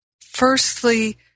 firstly